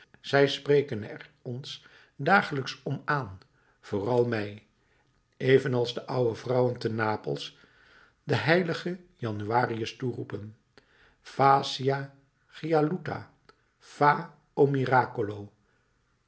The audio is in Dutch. zij spreken er ons dagelijks om aan vooral mij evenals de oude vrouwen te napels den h januarius toeroepen faccia gialluta fa